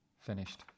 Finished